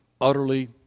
utterly